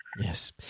Yes